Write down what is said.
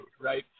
right